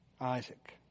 Isaac